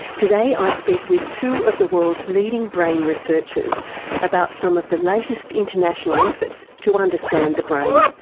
today i speak with two of the world's leading brain researchers about some of the latest international efforts to understand the brain.